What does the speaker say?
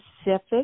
specific